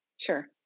Sure